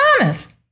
honest